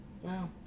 Wow